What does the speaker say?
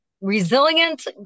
resilient